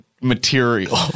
material